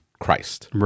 Christ